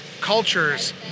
cultures